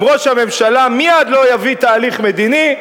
אם ראש הממשלה לא יביא מייד תהליך מדיני,